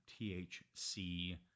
THC